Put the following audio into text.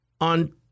on